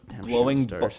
glowing